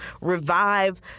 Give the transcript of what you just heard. revive